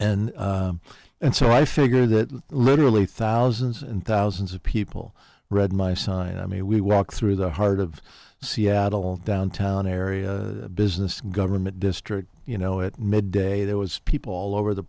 and and so i figure that literally thousands and thousands of people read my sign i mean we walked through the heart of seattle downtown area business government district you know at midday there was people all over the